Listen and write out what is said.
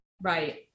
Right